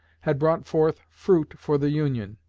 had brought forth fruit for the union.